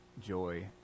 joy